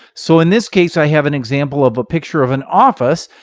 so in this case, i have an example of a picture of an office.